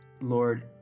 Lord